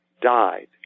died